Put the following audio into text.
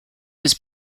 was